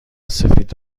سفید